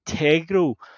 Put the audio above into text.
integral